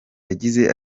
yagize